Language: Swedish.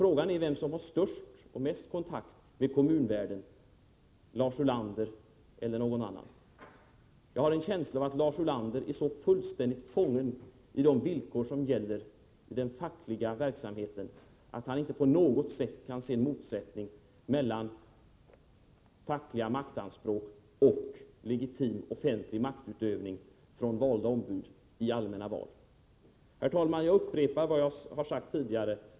Frågan är vem som har störst och mest kontakt med kommunvärlden, Lars Ulander eller någon annan. Jag har en känsla av att Lars Ulander är så fullständigt fången i de villkor som gäller den fackliga verksamheten att han inte på något sätt kan se en motsättning mellan fackliga maktanspråk och legitim offentlig maktutövning från ombud, utsedda i allmänna val. Herr talman! Jag upprepar vad jag har sagt tidigare.